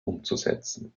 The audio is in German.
umzusetzen